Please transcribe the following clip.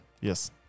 Yes